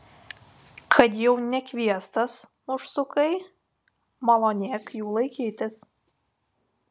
kad jau nekviestas užsukai malonėk jų laikytis